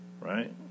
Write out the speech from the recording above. right